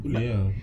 boleh ah